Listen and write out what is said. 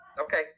okay